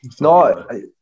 No